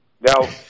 Now